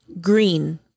green